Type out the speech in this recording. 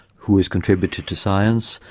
who has contributed to science.